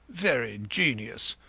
very ingenious.